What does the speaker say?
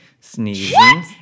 sneezing